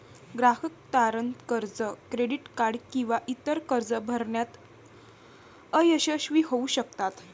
ग्राहक तारण कर्ज, क्रेडिट कार्ड किंवा इतर कर्जे भरण्यात अयशस्वी होऊ शकतात